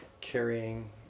carrying